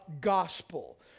gospel